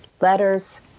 letters